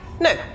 No